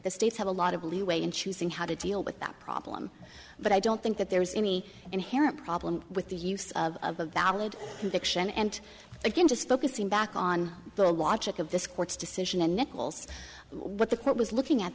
the states have a lot of leeway in choosing how to deal with that problem but i don't think that there's any inherent problem with the use of a valid conviction and again just focusing back on the logic of this court's decision and nichols what the court was looking at